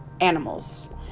animals